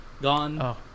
gone